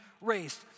raised